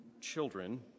children